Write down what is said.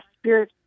spirit